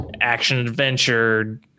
action-adventure